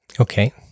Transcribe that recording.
Okay